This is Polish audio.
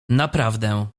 naprawdę